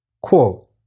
Quote